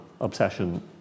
obsession